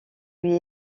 lui